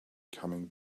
coming